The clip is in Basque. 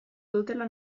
dutela